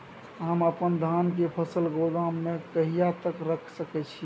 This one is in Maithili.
हम अपन धान के फसल गोदाम में कहिया तक रख सकैय छी?